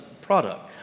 product